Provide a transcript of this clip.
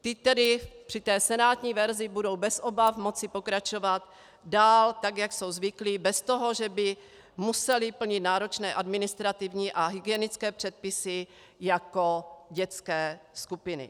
Ty tedy při senátní verzi budou bez obav moci pokračovat dál, jak jsou zvyklé, bez toho, že by musely plnit náročné administrativní a hygienické předpisy jako dětské skupiny.